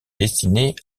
dessinés